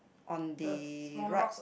on the right